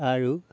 আৰু